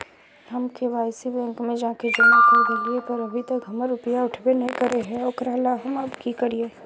हम KYC bank में जाके जमा कर देलिए पर अभी तक हमर रुपया उठबे न करे है ओकरा ला हम अब की करिए?